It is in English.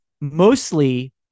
mostly